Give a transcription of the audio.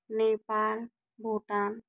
Nepal Bhutan